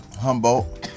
Humboldt